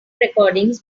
recordings